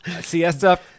Siesta